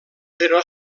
però